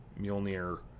Mjolnir